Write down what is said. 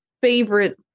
favorite